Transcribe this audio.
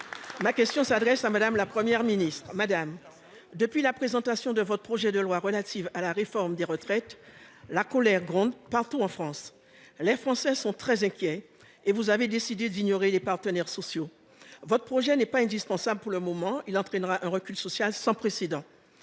Républicain. Madame la Première ministre, depuis la présentation de votre projet de réforme des retraites, la colère gronde partout en France. Les Français sont très inquiets. Or vous avez décidé d'ignorer les partenaires sociaux. Votre projet n'est pas indispensable pour le moment ; il entraînera un recul social sans précédent.